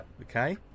Okay